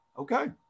okay